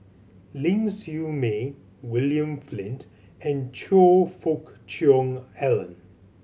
Ling Siew May William Flint and Choe Fook Cheong Alan